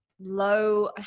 low